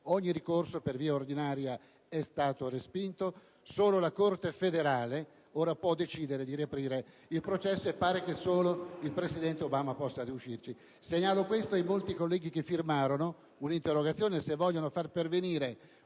ogni ricorso per via ordinaria è stato respinto: solo la Corte federale ora può decidere di riaprire il processo e pare che solo il presidente Obama possa riuscirci. Segnalo questo ai molti colleghi che firmarono un'interrogazione in materia: se vogliono far pervenire